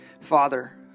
Father